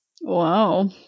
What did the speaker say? Wow